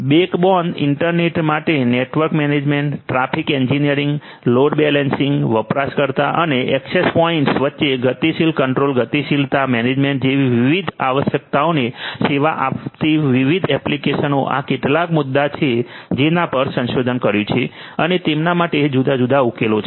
backbone internet માટે network management traffic engineering load balancing વપરાશકર્તા અને એક્સેસ પોઇન્ટ્સ વચ્ચે ગતિશીલ કંટ્રોલ ગતિશીલતા મેનેજમેન્ટ જેવી વિવિધ આવશ્યકતાઓને સેવા આપતી વિવિધ એપ્લિકેશનો આ કેટલાક મુદ્દાઓ છે જેના પર સંશોધન કર્યું છે અને તેમના માટે જુદા જુદા ઉકેલો છે